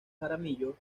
jaramillo